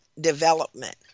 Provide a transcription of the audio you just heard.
development